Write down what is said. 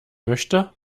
möchte